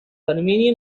armenian